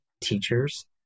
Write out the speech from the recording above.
teachers